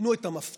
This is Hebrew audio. נתנו את המפתח